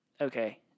Okay